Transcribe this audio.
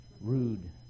Rude